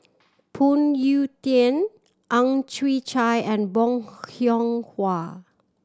Phoon Yew Tien Ang Chwee Chai and Bong Hiong Hwa